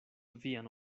vian